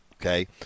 okay